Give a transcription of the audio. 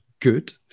good